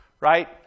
right